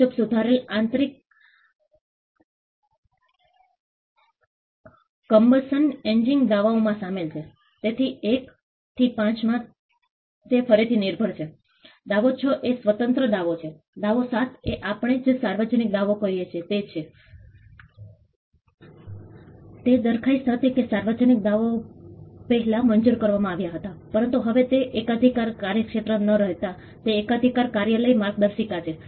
માલિકી પરંતુ સૌથી વધુ આત્મનિર્ભરતા છે કે આપણી પાસે ઘણા વિચારો છે પરંતુ અમે આગળ વધી શકતા નથી તેથી અમને સશક્તિકરણ આપવું જોઈએ જેથી આપણે આપણા પોતાના પ્રોજેક્ટ્સને અનુસરી શકીએ તે સમયનો અસરકારક પણ હોવો જોઈએ અને તમામ જૂથોની રજૂઆત પર સહમત છે